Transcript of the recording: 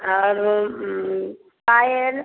और पायल